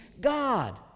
God